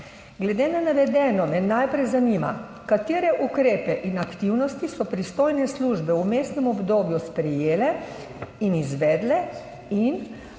Glede na navedeno me najprej zanima: Katere ukrepe in aktivnosti so pristojne službe v vmesnem obdobju sprejele in izvedle?